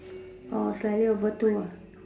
orh slightly over two ah